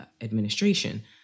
administration